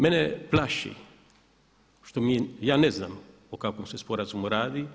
Mene plaši što mi, ja ne znam o kakvom se sporazumu radi.